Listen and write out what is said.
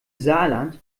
saarland